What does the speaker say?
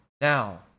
now